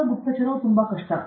ಪ್ರಾಯೋಗಿಕ ಗುಪ್ತಚರವು ತುಂಬಾ ಕಷ್ಟ